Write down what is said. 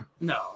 No